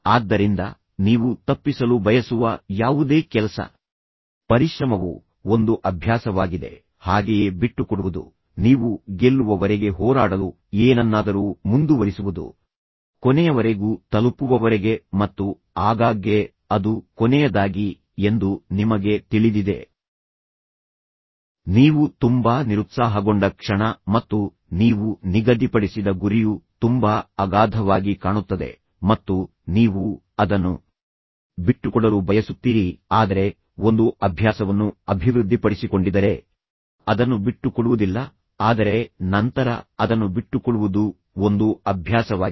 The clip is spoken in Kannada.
ಆದ್ದರಿಂದ ನೀವು ತಪ್ಪಿಸಲು ಬಯಸುವ ಯಾವುದೇ ಕೆಲಸ ಪರಿಶ್ರಮವು ಒಂದು ಅಭ್ಯಾಸವಾಗಿದೆ ಹಾಗೆಯೇ ಬಿಟ್ಟುಕೊಡುವುದು ನೀವು ಗೆಲ್ಲುವವರೆಗೆ ಹೋರಾಡಲು ಏನನ್ನಾದರೂ ಮುಂದುವರಿಸುವುದು ಕೊನೆಯವರೆಗೂ ತಲುಪುವವರೆಗೆ ಮತ್ತು ಆಗಾಗ್ಗೆ ಅದು ಕೊನೆಯದಾಗಿ ಎಂದು ನಿಮಗೆ ತಿಳಿದಿದೆ ನೀವು ತುಂಬಾ ನಿರುತ್ಸಾಹಗೊಂಡ ಕ್ಷಣ ಮತ್ತು ನೀವು ನಿಗದಿಪಡಿಸಿದ ಗುರಿಯು ತುಂಬಾ ಅಗಾಧವಾಗಿ ಕಾಣುತ್ತದೆ ಮತ್ತು ನೀವು ಅದನ್ನು ಬಿಟ್ಟುಕೊಡಲು ಬಯಸುತ್ತೀರಿ ಆದರೆ ಒಂದು ಅಭ್ಯಾಸವನ್ನು ಅಭಿವೃದ್ಧಿಪಡಿಸಿಕೊಂಡಿದ್ದರೆ ಅದನ್ನು ಬಿಟ್ಟುಕೊಡುವುದಿಲ್ಲ ಆದರೆ ನಂತರ ಅದನ್ನು ಬಿಟ್ಟುಕೊಡುವುದು ಒಂದು ಅಭ್ಯಾಸವಾಗಿದೆ